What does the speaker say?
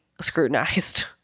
scrutinized